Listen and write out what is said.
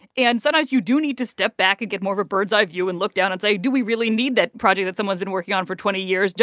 and sometimes you do need to step back and get more of a bird's-eye view and look down and say, do we really need that project that someone's been working on for twenty years?